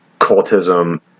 cultism